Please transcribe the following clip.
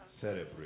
celebrate